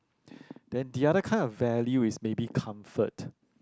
then the other kind of value is maybe comfort